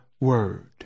word